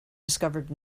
discovered